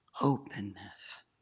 openness